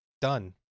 done